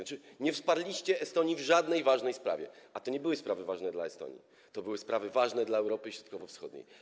To znaczy, że nie wsparliście Estonii w żadnej ważnej sprawie, a to nie były sprawy ważne tylko dla Estonii, to były sprawy ważne dla Europy Środkowo-Wschodniej.